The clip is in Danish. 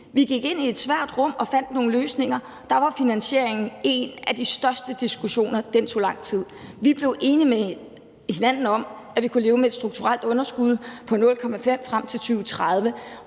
vi gik ind i et svært rum og fandt nogle løsninger – var en af de største diskussioner. Den tog lang tid. Vi blev enige med hinanden om, at vi kunne leve med et strukturelt underskud på 0,5 pct. frem til 2030,